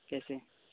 कैसे